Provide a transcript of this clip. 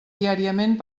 diàriament